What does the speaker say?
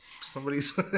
Somebody's